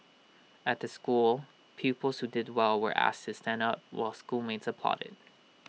at the school pupils who did well were asked to stand up while schoolmates applauded